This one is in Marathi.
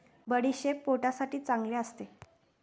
बडीशेप पोटासाठी खूप चांगली असते